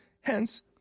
hence